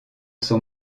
son